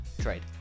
trade